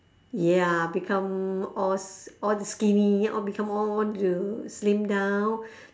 ya become all all the skinny all become all want to slim down